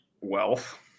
wealth